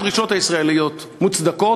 הדרישות הישראליות מוצדקות,